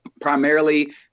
primarily